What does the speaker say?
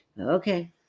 Okay